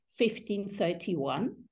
1531